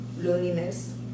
loneliness